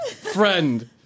friend